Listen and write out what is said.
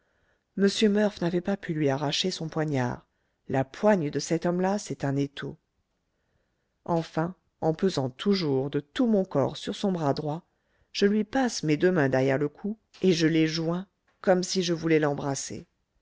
m murph n'avait pas pu lui arracher son poignard la poigne de cet homme-là c'est un étau enfin en pesant toujours de tout mon corps sur son bras droit je lui passe mes deux mains derrière le cou et je les joins comme si je voulais l'embrasser